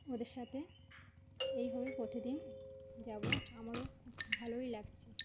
ওদের সাথে এইভাবে প্রতিদিন যাব আমারও খুব ভালোই লাগছে